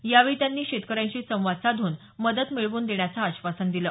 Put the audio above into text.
यावेळी त्यांनी शेतकऱ्यांशी संवाद साधून मदत मिळवून देण्याचं आश्वासन दिलं